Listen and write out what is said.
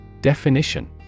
Definition